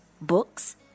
books